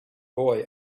boy